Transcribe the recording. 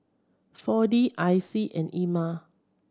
Four D I C and Ema